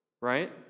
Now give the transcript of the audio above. right